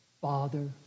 Father